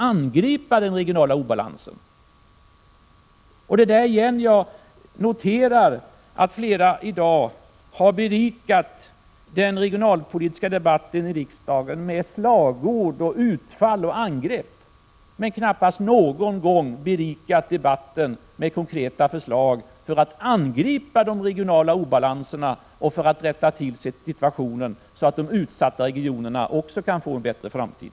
Jag noterar i dag att flera talare berikat den regionalpolitiska debatten i riksdagen med slagord, utfall och angrepp, men knappast med konkreta förslag till hur man skulle angripa de regionala obalanserna och rätta till situationen så att de utsatta regionerna också kan få en bättre framtid.